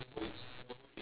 the book